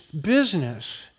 business